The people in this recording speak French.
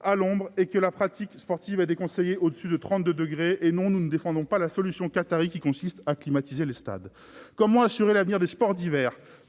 à l'ombre et que la pratique sportive est déconseillée au-dessus de 32 degrés ? Non, nous ne défendons pas la solution qatarie, qui consiste à climatiser les stades ... Comment assurer l'avenir des sports d'hiver